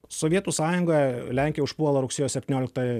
sovietų sąjunga lenkiją užpuola rugsėjo septynioliktą